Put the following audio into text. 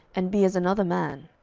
and be as another man.